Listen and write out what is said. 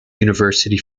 university